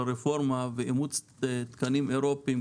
האבקה נמצא גם באירופה.